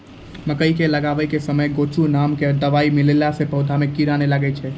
मकई के लगाबै के समय मे गोचु नाम के दवाई मिलैला से पौधा मे कीड़ा नैय लागै छै?